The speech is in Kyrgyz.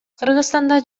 кыргызстанда